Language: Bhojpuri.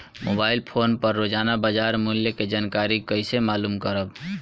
मोबाइल फोन पर रोजाना बाजार मूल्य के जानकारी कइसे मालूम करब?